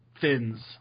fins